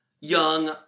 young